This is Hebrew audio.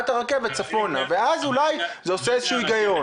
הרכבת צפונה ואז אולי זה עושה איזה שהוא הגיון.